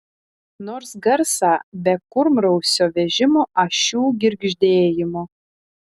nors garsą be kurmrausio vežimo ašių girgždėjimo